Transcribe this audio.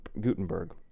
Gutenberg